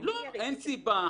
לא, אין סיבה.